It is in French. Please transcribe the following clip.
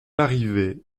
larrivé